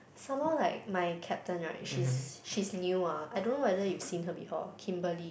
somemore like my captain right she's she's new ah I don't know whether you've seen her before Kimberly